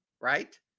right